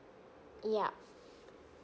yup